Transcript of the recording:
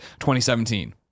2017